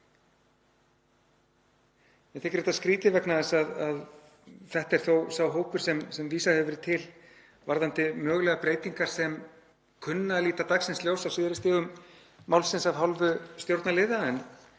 Mér þykir þetta skrýtið vegna þess að þetta er þó sá hópur sem vísað hefur verið til varðandi mögulegar breytingar sem kunna að líta dagsins ljós á síðari stigum málsins af hálfu stjórnarliða.